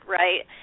right